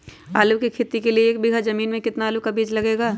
आलू की खेती के लिए एक बीघा जमीन में कितना आलू का बीज लगेगा?